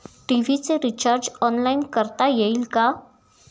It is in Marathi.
टी.व्ही चे रिर्चाज ऑनलाइन करता येईल का?